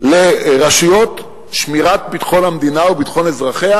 לרשויות שמירת ביטחון המדינה וביטחון אזרחיה,